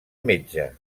metge